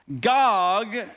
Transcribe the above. Gog